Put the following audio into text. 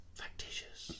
factitious